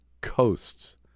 coasts